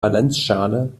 valenzschale